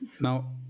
Now